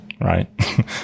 right